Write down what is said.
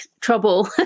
trouble